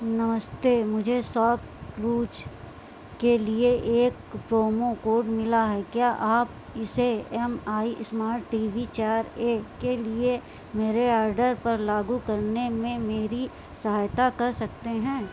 नमस्ते मुझे सॉपक्लूज के लिए एक प्रोमो कोड मिला है क्या आप इसे Mi smart T V चार ए के लिए मेरे आर्डर पर लागू करने में मेरी सहायता कर सकते हैं